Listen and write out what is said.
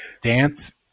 Dance